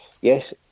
yes